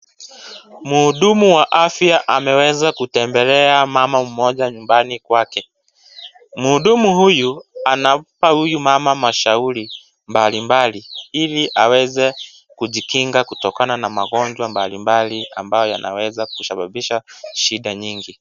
Mhudumu wa afya ameweza kutembelea mama mmoja nyumbani kwake, mhudumu huyu anampa huyu mama mashauri, mbalimbali ili aweze kujikinga kutokana na magonjwa mbalimbali ambayo yanaweza kusababisha shida nyingi.